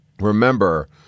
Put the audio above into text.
remember